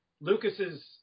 Lucas's